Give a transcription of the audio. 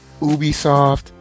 ubisoft